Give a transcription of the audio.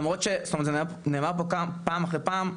למרות שזה נאמר פה פעם אחר פעם,